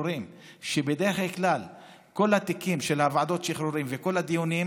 בדרך כלל כל התיקים של ועדות השחרורים וכל הדיונים